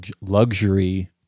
luxury